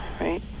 right